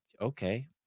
okay